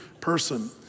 person